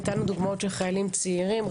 נתנו דוגמאות של חיילים צעירים,